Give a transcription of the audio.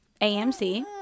AMC